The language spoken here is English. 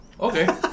Okay